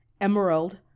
emerald